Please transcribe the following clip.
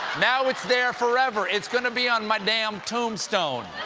now it's there forever. it's going to be on my damn tombstone.